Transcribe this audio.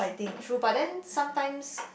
true but then sometimes